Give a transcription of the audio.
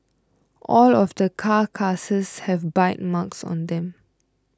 all of the carcasses have bite marks on them